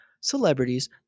celebrities